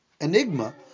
enigma